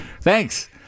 Thanks